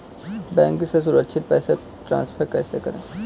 Bank से सुरक्षित पैसे ट्रांसफर कैसे करें?